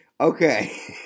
Okay